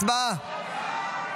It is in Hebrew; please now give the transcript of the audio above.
הצבעה.